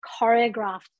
choreographed